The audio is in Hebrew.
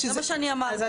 זה מה שאני אמרתי.